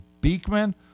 Beekman